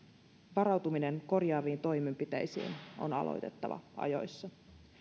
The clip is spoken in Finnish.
varautuminen korjaaviin toimenpiteisiin on aloitettava ajoissa